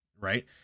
right